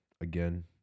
again